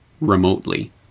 Remotely